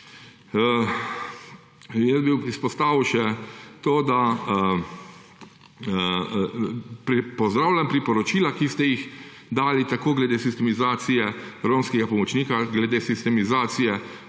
ukrepe. Izpostavil bi še to, da pozdravljam priporočila, ki ste jih dali glede sistemizacije romskega pomočnika, glede sistemizacije